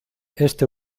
este